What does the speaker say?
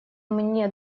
мне